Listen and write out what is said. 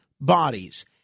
bodies